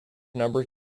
numbers